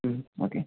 okay